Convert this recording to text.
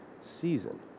season